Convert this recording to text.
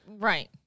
right